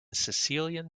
sicilian